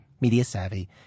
Media-savvy